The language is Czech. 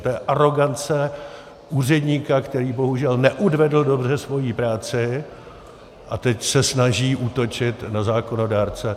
To je arogance úředníka, který bohužel neodvedl dobře svoji práci a teď se snaží útočit na zákonodárce.